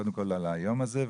קודם כול על היום הזה,